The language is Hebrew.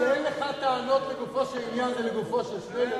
כשאין לך טענות לגופו של עניין זה לגופו של שנלר?